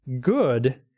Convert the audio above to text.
good